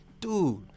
Dude